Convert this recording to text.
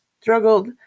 struggled